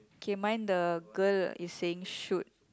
K mine the girl is saying shoot